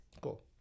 Cool